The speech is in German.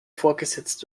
vorgesetzt